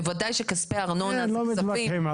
בוודאי שכספי ארנונה הם כספים.